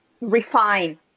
refine